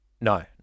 no